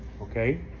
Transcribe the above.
Okay